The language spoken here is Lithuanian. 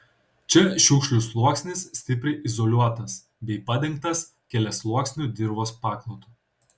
čia šiukšlių sluoksnis stipriai izoliuotas bei padengtas keliasluoksniu dirvos paklotu